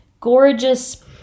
gorgeous